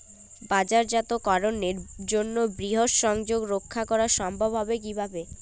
বাজারজাতকরণের জন্য বৃহৎ সংযোগ রক্ষা করা সম্ভব হবে কিভাবে?